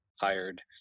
hired